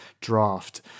draft